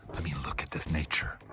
i mean, look at this nature